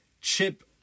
chip